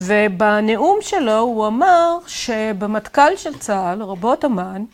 ובנאום שלו הוא אמר שבמטכ"ל של צה"ל רבות אמ"ן